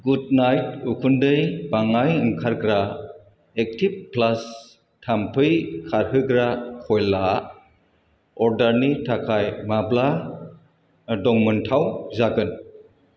good night उखुन्दै बाङाइ ओंखारग्रा एक्टिब प्लास थाम्फै खारहोग्रा कइलआ अर्डारनि थाखाय माब्ला दंमोनथाव जागोन